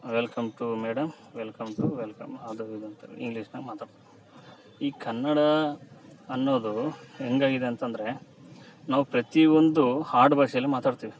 welcome to madam welcome to welcome ಅದು ಇದು ಅಂತಾರೆ ಇಂಗ್ಲೀಷ್ನಾಗೆ ಮಾತಾಡಿ ಈ ಕನ್ನಡ ಅನ್ನೋದು ಹೆಂಗಾಗಿದೆ ಅಂತಂದರೆ ನಾವು ಪ್ರತೀ ಒಂದು ಆಡ್ ಭಾಷೇಲಿ ಮಾತಾಡ್ತೀವಿ